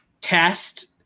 test